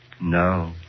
No